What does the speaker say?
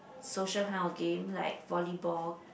social kind of game like volleyball